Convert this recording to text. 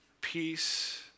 peace